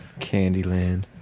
Candyland